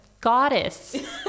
goddess